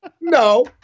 No